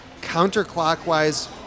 counterclockwise